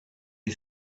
you